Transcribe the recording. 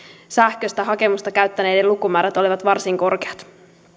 sähköistä hakemusta käyttäneiden lukumäärät olivat varsin korkeat